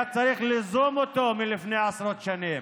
היה צריך ליזום אותו לפני עשרות שנים.